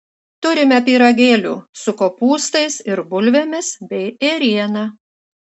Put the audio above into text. turime pyragėlių su kopūstais ir bulvėmis bei ėriena